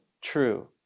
true